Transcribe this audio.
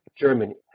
Germany